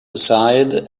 aside